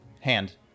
Hand